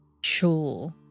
Sure